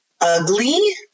ugly